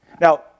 Now